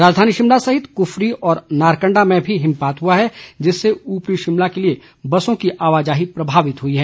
राजधानी शिमला सहित कुफरी व नारकंडा में भी हिमपात हुआ है जिससे उपरी शिमला के लिए बसों की आवाजाही प्रभावित हुई है